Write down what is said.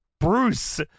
Bruce